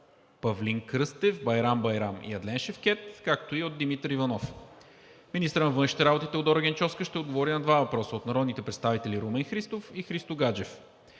Павлин Кръстев, Байрам Байрам и Адлен Шевкед; както и от Димитър Иванов. 3. Министърът на външните работи Теодора Генчовска ще отговори на два въпроса от народните представители Румен Христов; и Христо Гаджев.